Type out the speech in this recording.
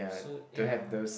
so yeah